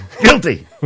Guilty